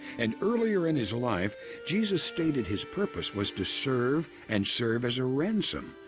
and earlier in his life jesus stated his purpose was to serve, and serve as a ransom,